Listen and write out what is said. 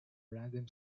random